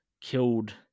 killed